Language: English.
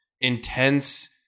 intense